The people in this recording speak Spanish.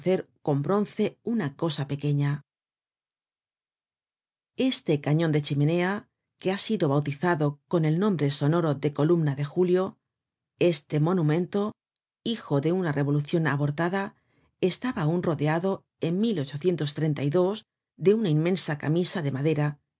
con bronce una cosa pequeña este cañon de chimenea que ha sido bautizado con el nombre sonoro de columna de julio este monumento hijo de una revolucion abortada estaba aun rodeado en de una inmensa camisa de madera